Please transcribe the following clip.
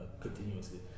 continuously